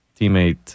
teammate